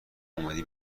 اومده